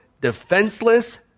defenseless